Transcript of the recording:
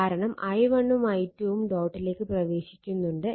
കാരണം i1 ഉം i2 ഉം ഡോട്ടിലേക്ക് പ്രവേശിക്കുന്നുണ്ട്